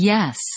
Yes